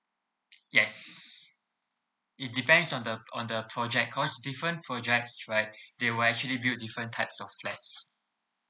yes it depends on the on the project cause different projects right they will actually build different types of flats